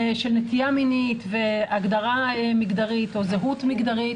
של נטייה מינית והגדרה מגדרית או זהות מגדרית,